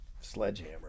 sledgehammer